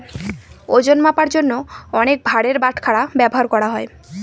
ওজন মাপার জন্য অনেক ভারের বাটখারা ব্যবহার করা হয়